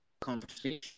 conversation